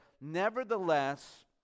Nevertheless